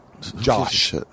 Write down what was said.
Josh